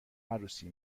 عروسی